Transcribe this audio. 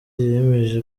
yemeje